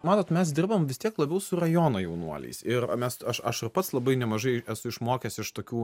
matot mes dirbame vis tiek labiau su rajono jaunuoliais ir mes aš aš pats labai nemažai esu išmokęs iš tokių